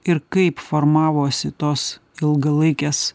ir kaip formavosi tos ilgalaikės